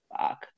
Fuck